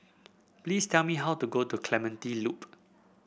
please tell me how to go to Clementi Loop